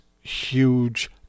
huge